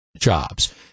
jobs